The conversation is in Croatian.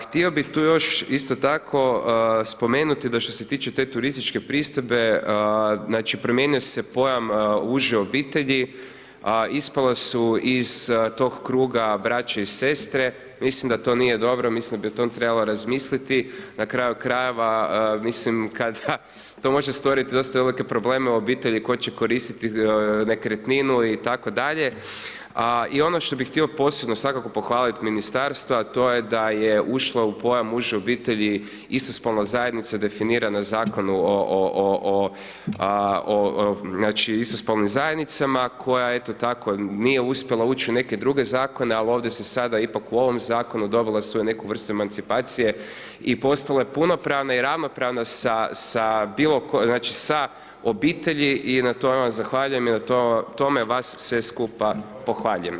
Htio bih tu još isto tako spomenuti, da što se tiče te turističke pristojbe, znači, promijenio se pojam uže obitelji, a ispala su iz toga kruga braće i sestre, mislim da to nije dobro, mislim da bi o tome trebalo razmisliti, na kraju krajeva mislim kada, to može stvoriti dosta velike probleme u obitelji tko će koristiti nekretninu itd. i ono što bih htio posebno svakako pohvaliti Ministarstva, to je da je ušla u pojam uže obitelji istospolna zajednica definirana u Zakonu o, znači, istospolnim zajednicama, koja eto tako nije uspjela ući u neke druge Zakone, ali ovdje se sada ipak u ovome Zakonu dovela su je u neku vrstu emancipacije i postala je punopravna i ravnopravna sa obitelji i na tome zahvaljujem i na tome vas sve skupa pohvaljujem.